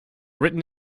written